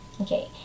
Okay